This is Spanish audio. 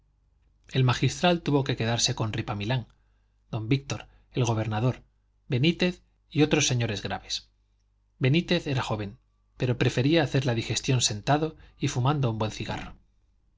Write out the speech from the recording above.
el magistral tuvo que quedarse con ripamilán don víctor el gobernador benítez y otros señores graves benítez era joven pero prefería hacer la digestión sentado y fumando un buen cigarro